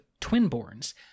twinborns